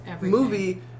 movie